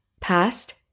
past